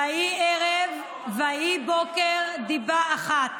ויהי ערב, ויהי בוקר, דיבה אחת.